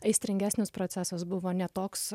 aistringesnis procesas buvo ne toks